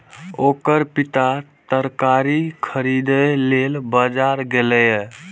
ओकर पिता तरकारी खरीदै लेल बाजार गेलैए